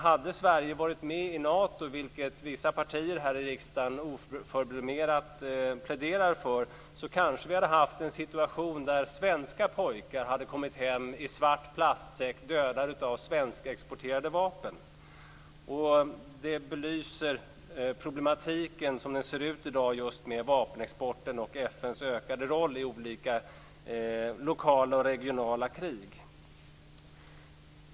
Hade Sverige varit med i Nato, vilket vissa partier här i riksdagen oförblommerat pläderar för, kanske vi hade haft en situation där svenska pojkar hade kommit hem i svart plastsäck, dödade av svenskexporterade vapen. Det belyser problematiken som den ser ut i dag, med vapenexporten och FN:s ökade roll i olika lokala och regionala krig.